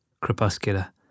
crepuscular